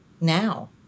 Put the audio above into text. now